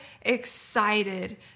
excited